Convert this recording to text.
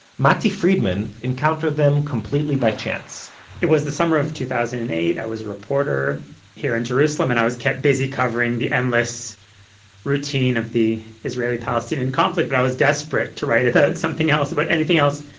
matti friedman encountered them completely by chance it was the summer of two thousand and eight, i was a reporter here in jerusalem and i was kept busy covering the endless routine of the israeli-palestinian conflict, but i was desperate to write about something else, about anything else.